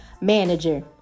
manager